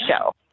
show